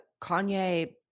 Kanye